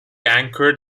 anchored